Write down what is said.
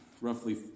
roughly